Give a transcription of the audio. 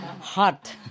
hot